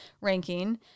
ranking